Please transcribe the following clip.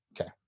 Okay